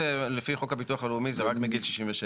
לפי חוק הביטוח הלאומי זה רק מגיל 67,